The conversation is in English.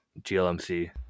GLMC